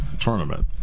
tournament